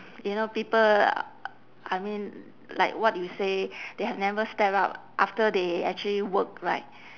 you know people I mean like what you say they have never step out after they actually work right